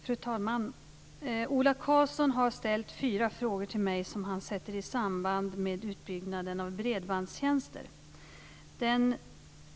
Fru talman! Ola Karlsson har ställt fyra frågor till mig som han sätter i samband med utbyggnaden av bredbandstjänster.